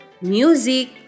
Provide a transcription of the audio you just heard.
music